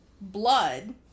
blood